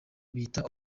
bita